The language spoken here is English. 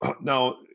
Now